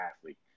athlete